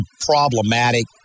problematic